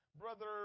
Brother